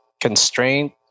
constraint